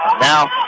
Now